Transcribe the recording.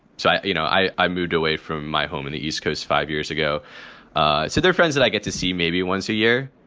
so, you know, i i moved away from. my home in the east coast five years ago, ah so their friends that i get to see maybe once a year,